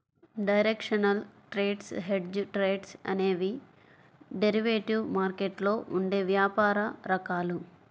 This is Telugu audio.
డైరెక్షనల్ ట్రేడ్స్, హెడ్జ్డ్ ట్రేడ్స్ అనేవి డెరివేటివ్ మార్కెట్లో ఉండే వ్యాపార రకాలు